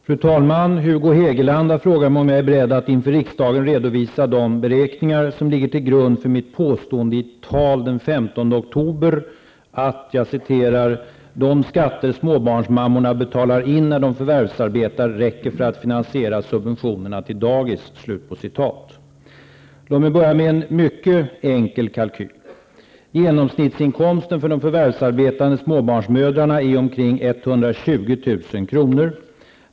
Fru talman! Hugo Hegeland har frågat mig om jag är beredd att inför riksdagen redovisa de beräkningar som ligger till grund för mitt påstående i ett tal den 15 oktober att ''de skatter småbarnsmammorna betalar in när de förvärvsarbetar räcker för att finansiera subventionerna till dagis''. Låt mig börja med en mycket enkel kalkyl. Genomsnittsinkomsten för de förvärvsarbetande småbarnsmödrarna är omkring 120 000 kr.